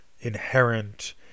inherent